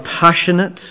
passionate